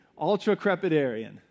Ultra-crepidarian